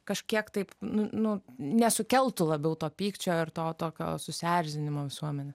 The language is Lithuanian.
kažkiek taip nu nesukeltų labiau to pykčio ir to tokio susierzinimo visuomenę